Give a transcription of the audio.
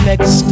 Next